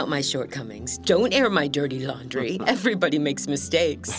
out my shortcomings don't air my dirty laundry everybody makes mistakes